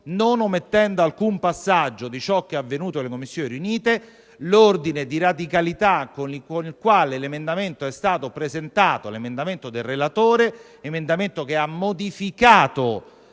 non omettendo alcun passaggio di ciò che è avvenuto nelle Commissioni riunite. L'ordine di radicalità con il quale l'emendamento del relatore è stato presentato - emendamento che ha modificato